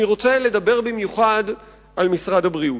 אני רוצה לדבר במיוחד על משרד הבריאות.